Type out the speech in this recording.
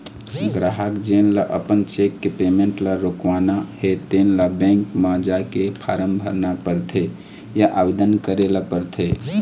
गराहक जेन ल अपन चेक के पेमेंट ल रोकवाना हे तेन ल बेंक म जाके फारम भरना परथे या आवेदन करे ल परथे